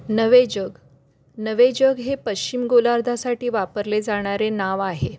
नवेजग नवेजग हे पश्चिम गोलार्धासाठी वापरले जाणारे नाव आहे